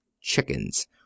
chickens